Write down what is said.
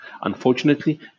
Unfortunately